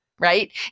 right